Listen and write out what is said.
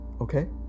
Okay